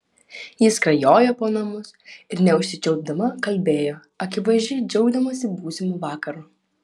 ji skrajojo po namus ir neužsičiaupdama kalbėjo akivaizdžiai džiaugdamasi būsimu vakaru